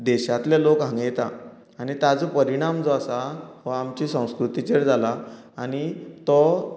देशांतले लोक हांगा येता आनी ताजो परिणाम जो आसा तो आमच्या संस्कृतीचेर जाला आनी तो